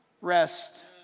rest